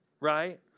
right